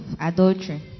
adultery